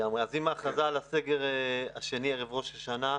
עם ההכרזה על הסגר השני, ערב ראש השנה,